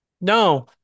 no